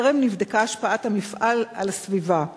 וטרם נבדקה השפעת המפעל על הסביבה.